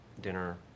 dinner